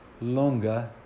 longer